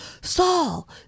Saul